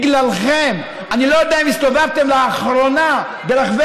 אני לא יודע אם הסתובבתם לאחרונה ברחבי